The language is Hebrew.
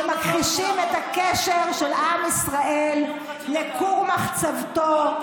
שמכחישים את הקשר של עם ישראל לכור מחצבתו,